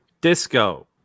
Disco